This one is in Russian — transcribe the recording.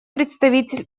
представитель